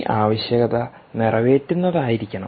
ഈ ആവശ്യകത നിറവേറ്റുന്നതായിരിക്കണം